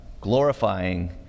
Glorifying